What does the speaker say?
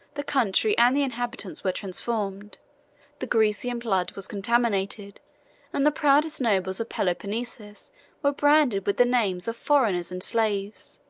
the country and the inhabitants were transformed the grecian blood was contaminated and the proudest nobles of peloponnesus were branded with the names of foreigners and slaves.